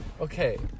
okay